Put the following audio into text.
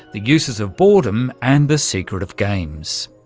the uses of boredom and the secret of games.